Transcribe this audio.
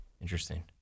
interesting